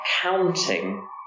counting